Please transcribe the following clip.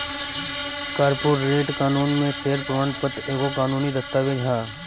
corporate कानून में share प्रमाण पत्र एगो कानूनी दस्तावेज हअ